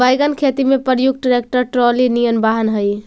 wagon खेती में प्रयुक्त ट्रैक्टर ट्रॉली निअन वाहन हई